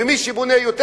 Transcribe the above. ומי שבונה יותר,